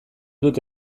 dut